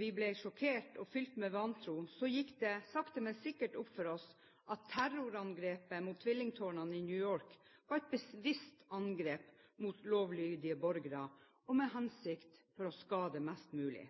Vi ble sjokkert og fylt med vantro. Så gikk det sakte, men sikkert opp for oss at terrorangrepet mot tvillingtårnene i New York var et bevisst angrep mot lovlydige borgere, og med hensikt – for å skade mest mulig.